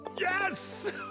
Yes